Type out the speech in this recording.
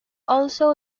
also